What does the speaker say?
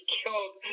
killed